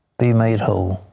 be made whole.